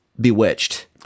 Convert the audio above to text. Bewitched